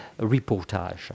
reportage